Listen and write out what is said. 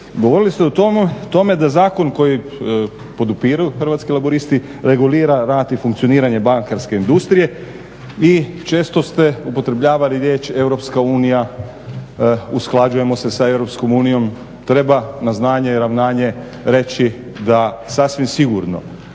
Govorili ste o tome da zakon koji podupiru Hrvatski laburisti regulira rad i funkcioniranje bankarske industrije i često ste upotrebljavali riječ Europska unija, usklađujemo se sa Europskom unijom, treba na znanje i ravnanje reći da sasvim sigurno